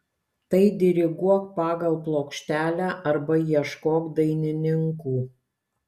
tai diriguok pagal plokštelę arba ieškok dainininkų